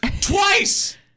twice